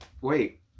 wait